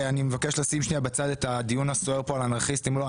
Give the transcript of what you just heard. ואני מבקש לשים שנייה בצד את הדיון הסוער כאן על אנרכיסטים או לא,